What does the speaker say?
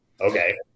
okay